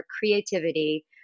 creativity